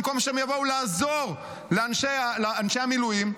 במקום שהם יבואו לעזור לאנשי המילואים,